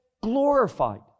glorified